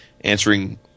answering